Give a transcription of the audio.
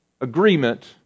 agreement